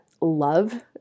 love